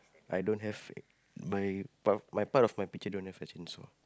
I don't have my part of my part of my picture don't have a chainsaw